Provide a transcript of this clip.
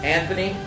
Anthony